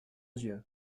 dieu